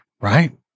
right